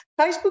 Facebook